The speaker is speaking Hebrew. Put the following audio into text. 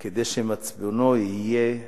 כדי שמצפונו יהיה,